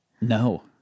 No